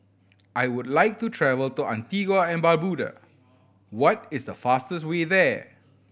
I would like to travel to Antigua and Barbuda what is the fastest way there